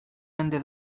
mende